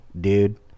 dude